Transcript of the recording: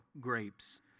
grapes